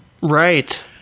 Right